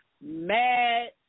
mad